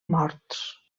morts